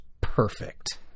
perfect